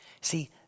See